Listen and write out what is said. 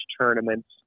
tournaments